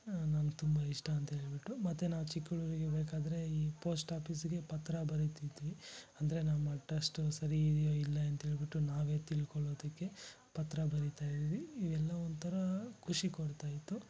ನನಗೆ ತುಂಬ ಇಷ್ಟ ಅಂತ್ಹೇಳ್ಬಿಟ್ಟು ಮತ್ತೆ ನಾ ಚಿಕ್ಕ ಹುಡುಗ್ರು ಇರಬೇಕಾದ್ರೆ ಈ ಪೋಸ್ಟ್ ಆಪೀಸ್ಗೆ ಪತ್ರ ಬರೀತಿದ್ವಿ ಅಂದರೆ ನಮ್ಮ ಟ್ರಶ್ಟು ಸರಿ ಇದಿಯೋ ಇಲ್ಲ ಎಂಥೇಳ್ಬಿಟ್ಟು ನಾವೇ ತಿಳ್ಕೊಳ್ಳೋಕ್ಕೆ ಪತ್ರ ಬರಿತಾಯಿದ್ವಿ ಇವೆಲ್ಲ ಒಂಥರಾ ಖಷಿ ಕೊಡ್ತಾಯಿತ್ತು